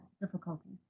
difficulties